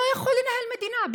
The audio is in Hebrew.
לא יכול לנהל מדינה,